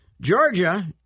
Georgia